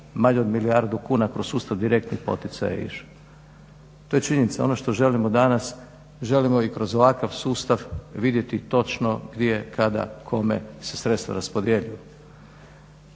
manje od milijardu kuna kroz sustav direktni poticaj je išao. To je činjenica. Ono što želimo danas, želimo i kroz ovakav sustav vidjeti točno gdje je, kada, kome se sredstva raspodjeljuju.